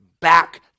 back